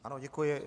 Ano, děkuji.